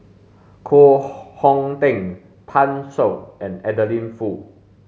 Koh Hong Teng Pan Shou and Adeline Foo